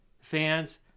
fans